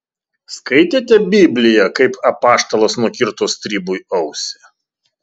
skaitėte bibliją kaip apaštalas nukirto stribui ausį